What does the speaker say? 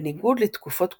בניגוד לתקופות קודמות,